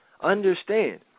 Understand